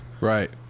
Right